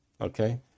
Okay